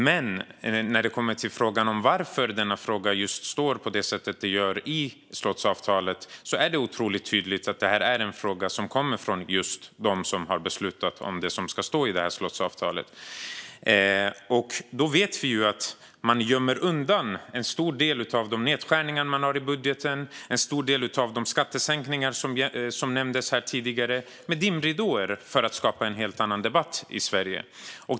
Men när det gäller varför detta står på det sätt som det gör i slottsavtalet är det otroligt tydligt att detta är en fråga som kommer från just dem som har beslutat om det som ska stå i slottsavtalet. Vi vet att man gömmer undan en stor del av de nedskärningar som man har i budgeten och en stor del av de skattesänkningar som nämndes här tidigare med dimridåer för att skapa en helt annan debatt i Sverige.